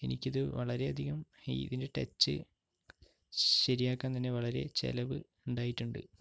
എനിക്കിത് വളരെ അധികം ഈ ഇതിൻ്റെ ടച്ച് ശരിയാക്കാൻ തന്നെ വളരെ ചിലവ് ഉണ്ടായിട്ടുണ്ട്